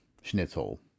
schnitzel